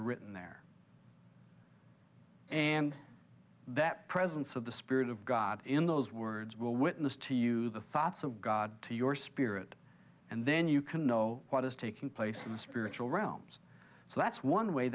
a written there and that presence of the spirit of god in those words will witness to you the thoughts of god to your spirit and then you can know what is taking place in the spiritual realms so that's one way